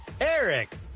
eric